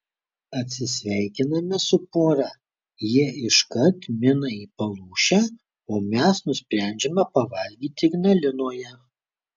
atsisveikiname su pora jie iškart mina į palūšę o mes nusprendžiame pavalgyti ignalinoje